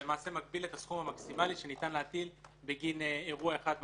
ולמעשה מגביל את הסכום המקסימלי שניתן להטיל בגין אירוע אחד,